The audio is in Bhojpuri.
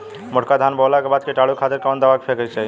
मोटका धान बोवला के बाद कीटाणु के खातिर कवन दावा फेके के चाही?